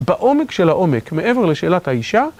בעומק של העומק מעבר לשאלת האישה